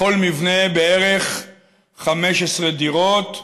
בכל מבנה בערך 15 דירות.